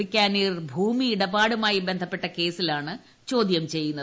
ബിക്കാനീർ ഭൂമിയിടപാടുമായി ബന്ധപ്പെട്ട കേസിലാണ് ചോദ്യം ചെയ്യുന്നത്